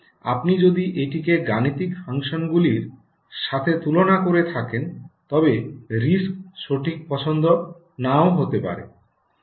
তবে আপনি যদি এটিকে গাণিতিক ফাংশন গুলির সাথে তুলনা করে থাকেন তবে আরআইএসসি সঠিক পছন্দ নাও হতে পারে